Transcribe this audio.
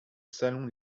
salon